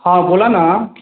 हाँ बोलऽ ने